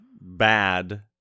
bad